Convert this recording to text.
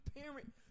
parent